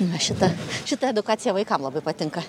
na šita šita edukacija vaikam labai patinka